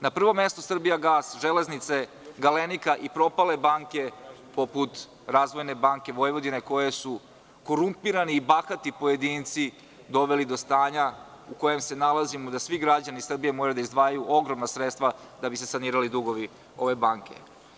Na prvom mestu „Srbijagas“, „Železnice“, „Galenika“ i propale banke, poput „Razvojne banke Vojvodine“, koje su korumpirani i bahati pojedinci doveli do stanja u kojem se nalazimo, da svi građani Srbije moraju da izdvajaju ogromna sredstava da bi se sanirali dugovi ove banke.